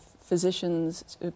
physicians